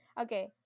okay